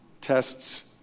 tests